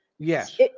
Yes